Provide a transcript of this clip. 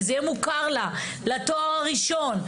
וזה יהיה מוכר לה לתואר הראשון,